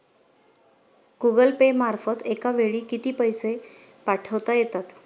Google Pay मार्फत एका वेळी किती पैसे पाठवता येतात?